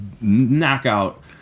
knockout